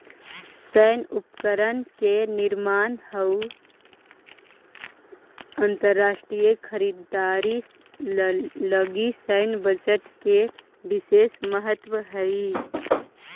सैन्य उपकरण के निर्माण अउ अंतरराष्ट्रीय खरीदारी लगी सैन्य बजट के विशेष महत्व हई